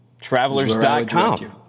Travelers.com